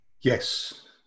Yes